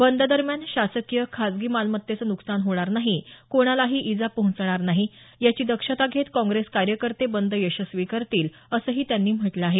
बंद दरम्यान शासकीय खाजगी मालमत्तेचं नुकसान होणार नाही कोणालाही इजा पोहचणार नाही याची दक्षता घेत काँग्रेस कार्यकर्ते बंद यशस्वी करतील असंही त्यांनी म्हटलं आहे